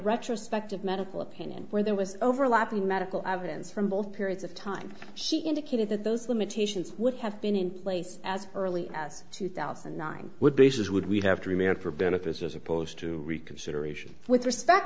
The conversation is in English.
retrospective medical opinion where there was overlapping medical evidence from both periods of time she indicated that those limitations would have been in place as early as two thousand and nine would basis would we have to remain for benefits as opposed to reconsideration with respect